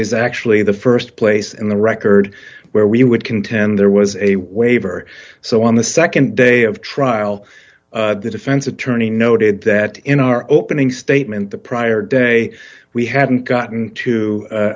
is actually the st place in the record where we would contend there was a waiver so on the nd day of trial the defense attorney noted that in our opening statement the prior day we hadn't gotten to a